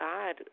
God